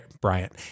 Bryant